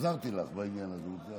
עזרתי לך בעניין הזה.